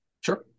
Sure